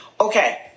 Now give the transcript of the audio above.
Okay